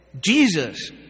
Jesus